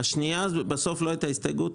לא הייתה הסתייגות.